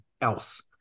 else